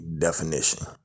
definition